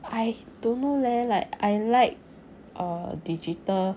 I don't know leh like I like uh digital